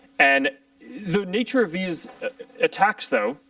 and the nature of these attacks, though,